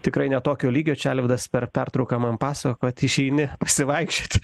tikrai ne tokio lygio čia alvydas per pertrauką man pasakojo išeini pasivaikščiot